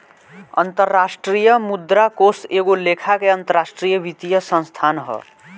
अंतरराष्ट्रीय मुद्रा कोष एगो लेखा के अंतरराष्ट्रीय वित्तीय संस्थान ह